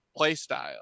playstyle